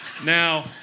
Now